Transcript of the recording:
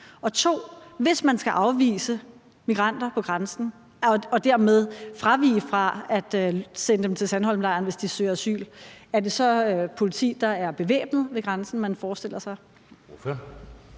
2) Hvis man skal afvise migranter på grænsen og dermed fravige at sende dem til Sandholmlejren, hvis de søger asyl, er det så politi, man forestiller sig